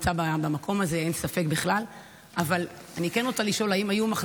לישראל מסתובבים בעולם ומפרסמים שהם עכשיו